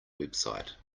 website